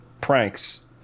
pranks